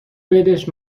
بدش